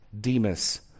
Demas